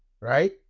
right